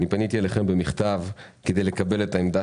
פניתי אליכם במכתב כדי לקבל את העמדה